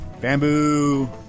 Bamboo